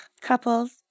couples